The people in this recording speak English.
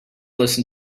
listen